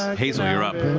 hazel, you're up.